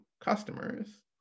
customers